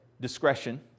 discretion